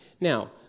Now